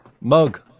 Mug